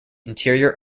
interior